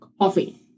coffee